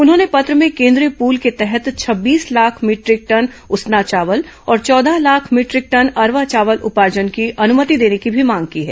उन्होंने पत्र में केन्द्रीय पूल के तहत छब्बीस लाख मीटरिक टन उसना चावल और चौदह लाख मीटरिक टन अरवा चावल उपार्जन की अनुमंति देने की भी मांग की है